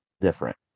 different